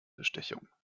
bestechung